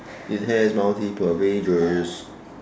it has multiple pages